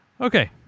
Okay